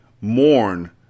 mourn